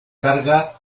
carga